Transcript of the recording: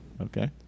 okay